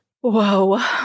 Whoa